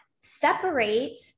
separate